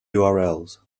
urls